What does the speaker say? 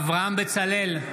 אברהם בצלאל,